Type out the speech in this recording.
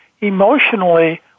Emotionally